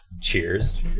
Cheers